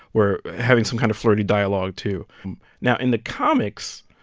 were having some kind of flirty dialogue, too now, in the comics,